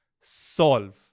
solve